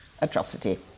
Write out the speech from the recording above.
atrocity